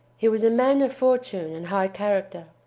he was a man of fortune and high character.